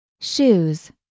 Shoes